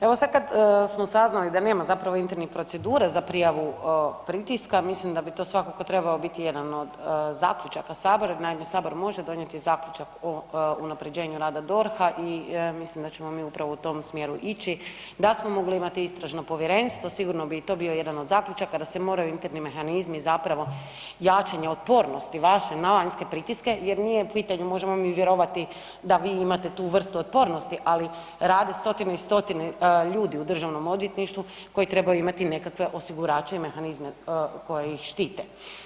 Evo sad kad smo saznali da nema zapravo internih procedura za prijavu pritiska, mislim da bi to svakako trebao biti jedan od zaključaka Sabora, naime, Sabor može donijeti zaključak o unaprjeđenju rada DORH-a i mislim da ćemo mi upravo u tom smjeru ići, da smo mogli imati istražno povjerenstvo, sigurno bi i to bio jedan od zaključaka da se moraju interni mehanizmi zapravo, jačanje otpornosti vaše na vanjske pritiske, jer nije pitanje možemo li mi vjerovati da vi imate tu vrstu otpornosti, ali rade stotine i stotine ljudi u DORH-u koji trebaju imati nekakve osigurače i mehanizme koji ih štite.